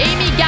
Amy